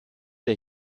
der